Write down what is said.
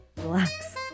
relax